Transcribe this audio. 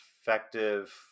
effective